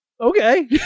okay